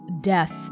death